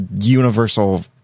universal